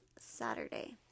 Saturday